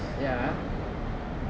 ya